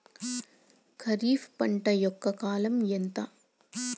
ఖరీఫ్ పంట యొక్క కాలం ఎంత?